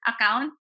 account